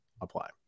apply